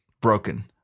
broken